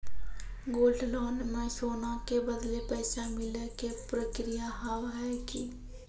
Gold loan मे सोना के बदले पैसा मिले के प्रक्रिया हाव है की?